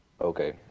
Okay